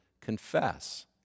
confess